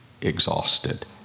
exhausted